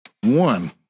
One